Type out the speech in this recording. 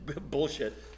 bullshit